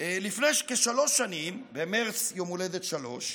לפני כשלוש שנים, במרץ, יומולדת שלוש,